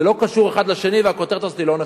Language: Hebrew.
זה לא קשור אחד לשני, והכותרת הזאת היא לא נכונה.